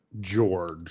George